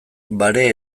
bare